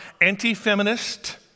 anti-feminist